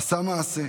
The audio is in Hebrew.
עשה מעשה.